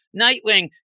Nightwing